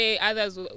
others